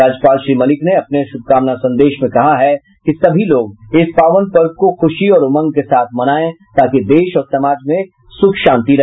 राज्यपाल श्री मलिक ने अपने शुभकामना संदेश में कहा है कि सभी लोग इस पावन पर्व को खुशी और उमंग के साथ मनायें ताकि देश और समाज में सुख शांति रहे